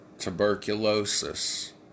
tuberculosis